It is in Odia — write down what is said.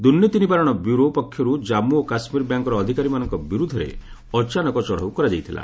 ଦୁର୍ନୀତିନିବାରଣ ବ୍ୟୁରୋ ପକ୍ଷରୁ ଜାମ୍ମୁ ଓ କାଶ୍ମୀର ବ୍ୟାଙ୍କର ଅଧିକାରୀମାନଙ୍କ ବିରୁଦ୍ଧରେ ଅଚାନକ ଚଢ଼ଉ କରାଯାଇଥିଲା